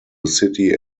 city